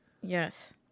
Yes